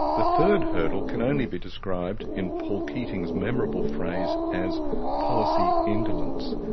the third hurdle can only be described in paul keating's memorable phrase as policy indolence.